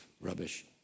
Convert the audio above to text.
rubbish